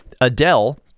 adele